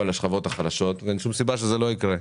לשכבות החלשות ואין שום סיבה שזה לא יקרה.